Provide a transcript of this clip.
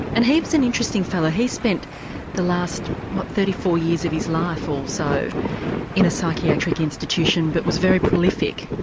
and he was an interesting fellow, he spent the last what thirty four years of his life or so in a psychiatric institution but was very prolific.